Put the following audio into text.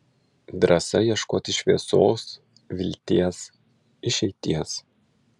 drąsa ieškoti šviesos vilties išeities